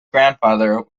grandfather